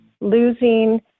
losing